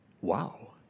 Wow